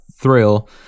thrill